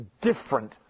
different